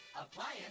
Appliance